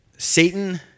Satan